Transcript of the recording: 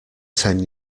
ten